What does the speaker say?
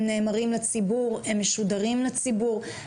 הם נאמרים לציבור, הם משודרים לציבור.